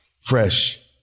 fresh